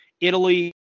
Italy